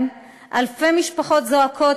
מי שנגד, יצביע נגד.